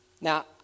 Now